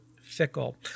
fickle